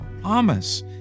promise